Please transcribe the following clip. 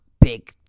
big